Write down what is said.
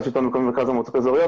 השלטון המקומי ומרכז המועצות האזוריות